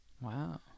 Wow